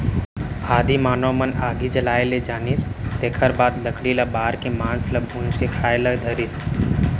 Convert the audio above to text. आदिम मानव मन आगी जलाए ले जानिस तेखर बाद लकड़ी ल बार के मांस ल भूंज के खाए ल धरिस